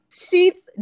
sheets